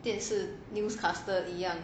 电视 newscaster 一样